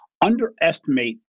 underestimate